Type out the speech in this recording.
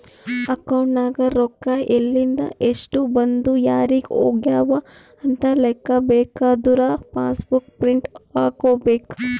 account ನಾಗ್ ರೊಕ್ಕಾ ಎಲಿಂದ್, ಎಸ್ಟ್ ಬಂದು ಯಾರಿಗ್ ಹೋಗ್ಯವ ಅಂತ್ ಲೆಕ್ಕಾ ಬೇಕಾದುರ ಪಾಸ್ ಬುಕ್ ಪ್ರಿಂಟ್ ಹಾಕೋಬೇಕ್